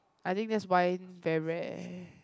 I think that's why whereas